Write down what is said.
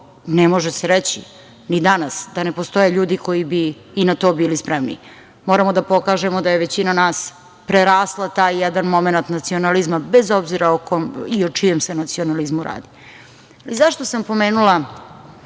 ne može reći ni danas da ne postoje ljudi koji bi i na to bili spremni. Moramo da pokažemo da je većina nas prerasla taj jedan momenat nacionalizma, bez obzira o čijem se nacionalizmu radi.Zašto sam pomenula